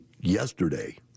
yesterday